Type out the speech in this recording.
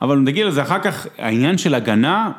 ‫אבל נגיד על זה אחר כך, ‫העניין של הגנה...